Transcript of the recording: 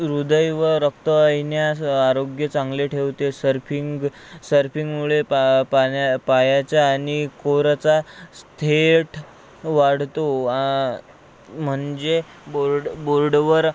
ह्रदय व रक्तवाहिन्यास आरोग्य चांगले ठेवते सर्फिंग सर्फिंगमुळे पा पाण्या पायाच्या आणि कोरंचा थेट वाढतो आ म्हणजे बोर्ड बोर्डवर